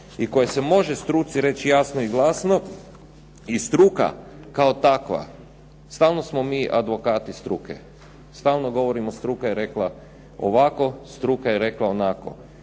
u kojima se može struci reći jasno i glasno. Struka kao takva, stalno smo mi advokati struke. Stalno govorimo struka je rekla ovako, struka je rekla onako.